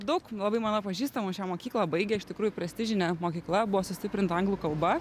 daug labai mano pažįstamų šią mokyklą baigė iš tikrųjų prestižinė mokykla buvo sustiprinta anglų kalba